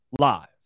live